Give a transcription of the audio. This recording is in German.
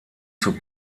zur